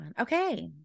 Okay